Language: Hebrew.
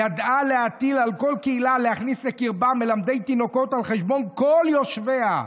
ידעה להטיל על כל קהילה להכניס לקרבה מלמדי תינוקות על חשבון כל יושביה.